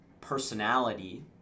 personality